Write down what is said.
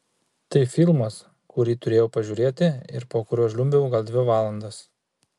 tai filmas kurį turėjau pažiūrėti ir po kurio žliumbiau gal dvi valandas